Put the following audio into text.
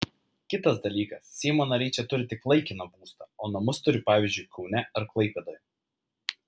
kitas dalykas seimo nariai čia turi tik laikiną būstą o namus turi pavyzdžiui kaune ar klaipėdoje